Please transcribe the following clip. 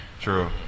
true